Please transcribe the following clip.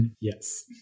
yes